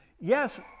Yes